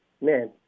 man